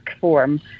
form